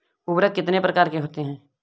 उर्वरक कितने प्रकार के होते हैं?